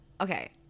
Okay